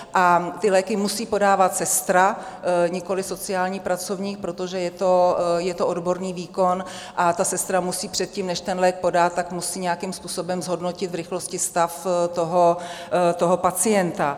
A ty léky musí podávat sestra, nikoliv sociální pracovník, protože je to odborný výkon, a ta sestra musí předtím, než ten lék podá, tak musí nějakým způsobem zhodnotit v rychlosti stav toho pacienta.